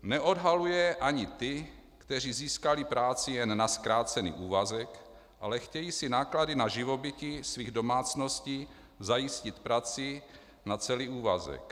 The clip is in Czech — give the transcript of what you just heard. Neodhaluje ani ty, kteří získali práci jen na zkrácený úvazek, ale chtějí si náklady na živobytí svých domácností zajistit prací na celý úvazek.